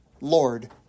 Lord